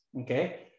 okay